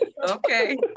Okay